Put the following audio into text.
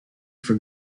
for